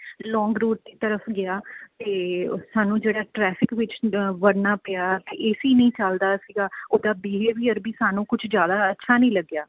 ਲੌਂਗ route ਦੀ ਤਰਫ਼ ਗਿਆ ਅਤੇ ਸਾਨੂੰ ਜਿਹੜਾ ਟ੍ਰੈਫਿਕ ਵਿੱਚ ਵੜਨਾ ਪਿਆ ਏ ਸੀ ਨਹੀਂ ਚੱਲਦਾ ਸੀ ਉਹਦਾ ਬੀਹੇਵੀਅਰ ਵੀ ਸਾਨੂੰ ਕੁਝ ਜ਼ਿਆਦਾ ਅੱਛਾ ਨਹੀਂ ਲੱਗਿਆ